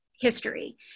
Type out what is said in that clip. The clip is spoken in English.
history